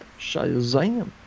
Shazam